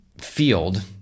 field